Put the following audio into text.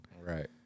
Right